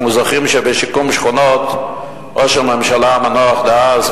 אנחנו זוכרים שבשיקום שכונות ראש הממשלה המנוח דאז,